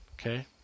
Okay